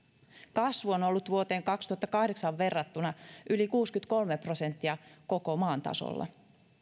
kasvu on ollut vuoteen kaksituhattakahdeksan verrattuna yli kuusikymmentäkolme prosenttia koko maan tasolla